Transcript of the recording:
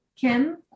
Kim